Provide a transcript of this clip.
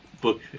book